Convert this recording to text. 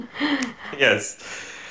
Yes